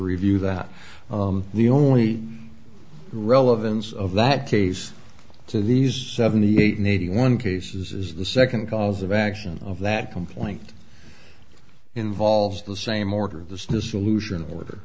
review that the only relevance of that case to these seventy eight and eighty one cases is the second cause of action of that complaint involves the same order of this this illusion o